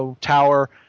tower